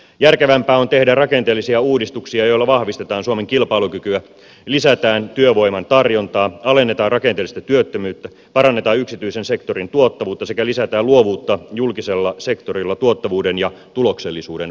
järkevämpää on tehdä rakenteellisia uudistuksia joilla vahvistetaan suomen kilpailukykyä lisätään työvoiman tarjontaa alennetaan rakenteellista työttömyyttä parannetaan yksityisen sektorin tuottavuutta sekä lisätään luovuutta julkisella sektorilla tuottavuuden ja tuloksellisuuden vahvistamiseksi